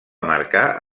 marcar